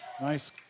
nice